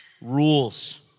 rules